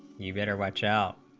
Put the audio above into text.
you better watch out